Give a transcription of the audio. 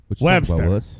Webster